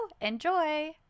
enjoy